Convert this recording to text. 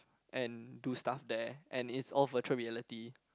and to stuff there and is off the true reality